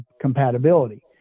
compatibility